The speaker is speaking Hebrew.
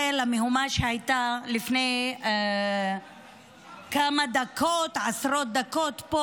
למהומה שהייתה לפני כמה עשרות דקות פה,